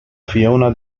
fiona